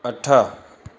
अठ